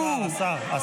--- השר אמסלם.